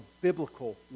biblical